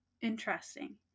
interesting